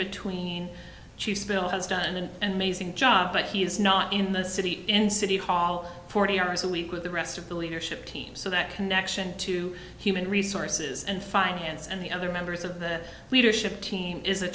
between chief still has done an amazing job but he is not in the city in city hall forty hours a week with the rest of the leadership team so that connection to human resources and finance and the other members of the leadership team is a